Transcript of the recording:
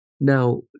Now